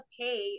pay